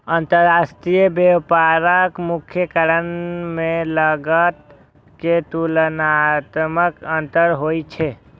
अंतरराष्ट्रीय व्यापारक मुख्य कारण मे लागत मे तुलनात्मक अंतर होइ छै